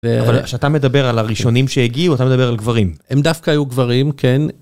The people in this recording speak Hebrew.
אבל כשאתה מדבר על הראשונים שהגיעו, אתה מדבר על גברים. הם דווקא היו גברים, כן.